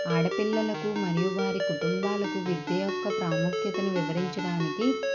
ఆడపిల్లలకు మరియు వారి కుటుంబాలకు విద్య యొక్క ప్రాముఖ్యతను వివరించడానికి